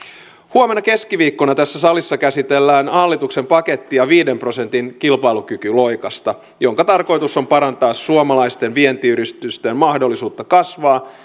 huomenna keskiviikkona tässä salissa käsitellään hallituksen pakettia viiden prosentin kilpailukykyloikasta jonka tarkoitus on parantaa suomalaisten vientiyritysten mahdollisuutta kasvaa